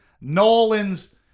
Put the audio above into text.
Nolan's